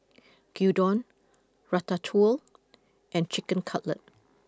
Gyudon Ratatouille and Chicken Cutlet